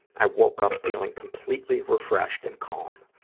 i woke up feeling completely refreshed and calm.